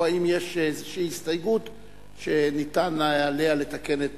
או האם יש איזושהי הסתייגות שאפשר בהצבעה עליה לתקן את